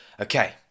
okay